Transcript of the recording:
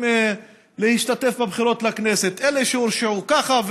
מלהשתתף בבחירות לכנסת: אלה שהורשעו ככה,